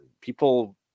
People